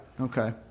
Okay